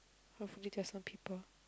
hopefully there're some people